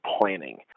planning